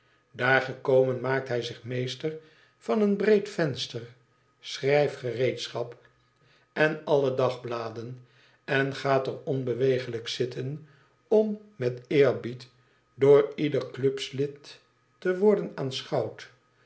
gekomen maakt hij zich meester van een breed venster schrijfgereedschap en alle dagbladen en gaat er onbeweeglijk zitten om met eerbied door ieder clubslid te worden